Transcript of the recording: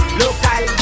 local